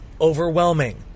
overwhelming